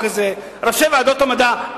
ראשי ועדות המדע,